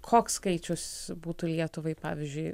koks skaičius būtų lietuvai pavyzdžiui